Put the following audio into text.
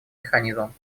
механизмом